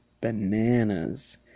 bananas